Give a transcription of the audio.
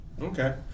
okay